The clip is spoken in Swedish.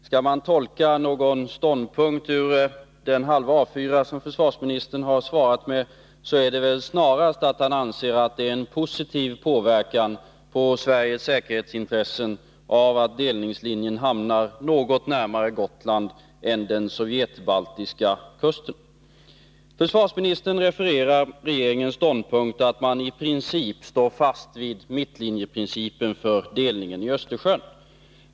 Skall man ur den halva A 4-sida som svaret omfattar uttolka någon ståndpunkt, blir det väl snarast att försvarsministern anser att det har en positiv inverkan på Sveriges säkerhetsintressen att delningslinjen hamnar något närmare Gotland än den sovjetbaltiska kusten. Försvarsministern refererar regeringens ståndpunkt att man i princip står fast vid mittlinjeprincipen för gränsdragningen i Östersjön.